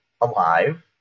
alive